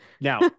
Now